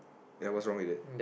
ya what's wrong with it